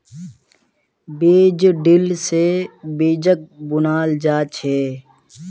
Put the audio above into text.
बीज ड्रिल से बीजक बुनाल जा छे